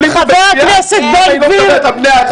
--- היא לא מדברת על בני אדם.